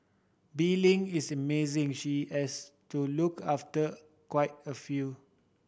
Bee Ling is amazing she has to look after quite a few